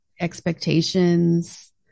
expectations